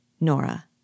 Nora